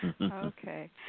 Okay